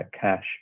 cash